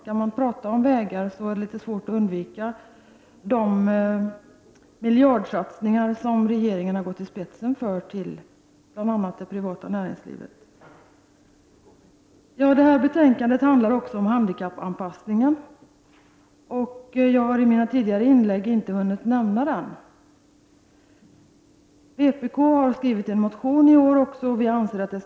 När man talar om vägar är det litet svårt att undvika de miljardsatsningar till bl.a. det privata näringslivet som regeringen har gått i spetsen för. Detta betänkande handlar också om handikappanpassningen. Jag har i mina tidigare inlägg inte hunnit nämna denna. Vpk har också i år väckt en motion.